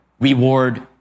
reward